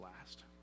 last